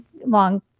long